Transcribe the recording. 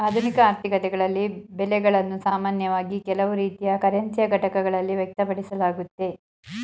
ಆಧುನಿಕ ಆರ್ಥಿಕತೆಗಳಲ್ಲಿ ಬೆಲೆಗಳನ್ನು ಸಾಮಾನ್ಯವಾಗಿ ಕೆಲವು ರೀತಿಯ ಕರೆನ್ಸಿಯ ಘಟಕಗಳಲ್ಲಿ ವ್ಯಕ್ತಪಡಿಸಲಾಗುತ್ತೆ